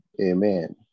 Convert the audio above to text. Amen